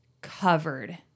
covered